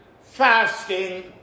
fasting